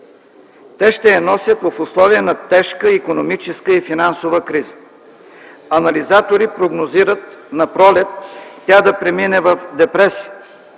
Те ще я носят в условия на тежка икономическа и финансова криза. Анализатори прогнозират напролет тя да премине в депресия.